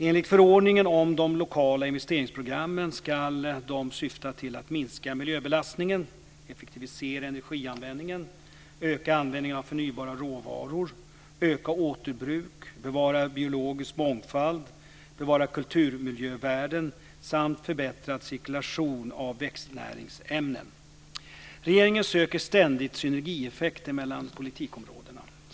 Enligt förordningen om de lokala investeringsprogrammen ska dessa syfta till att minska miljöbelastningen, effektivisera energianvändningen, öka användningen av förnybara råvaror, öka återbruket, bevara biologisk mångfald, bevara kulturmiljövärden samt förbättra cirkulationen av växtnäringsämnen. Regeringen söker ständigt synergieffekter mellan politikområdena.